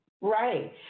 Right